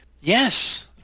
Yes